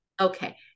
okay